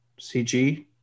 CG